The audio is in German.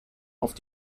auf